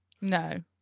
no